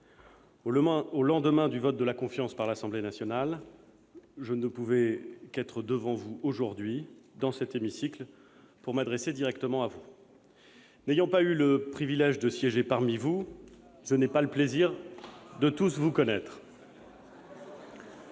Au lendemain du vote de la confiance par l'Assemblée nationale, je ne pouvais qu'être devant vous aujourd'hui, dans cet hémicycle, pour m'adresser directement à vous. N'ayant pas eu le privilège de siéger parmi vous, je n'ai pas le plaisir de tous vous connaître.